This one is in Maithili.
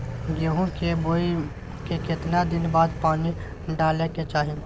गेहूं के बोय के केतना दिन बाद पानी डालय के चाही?